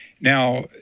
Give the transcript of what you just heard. Now